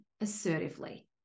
assertively